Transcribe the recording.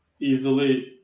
easily